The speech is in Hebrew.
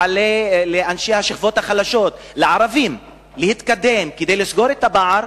לאנשי השכבות החלשות ולערבים להתקדם כדי לסגור את הפער,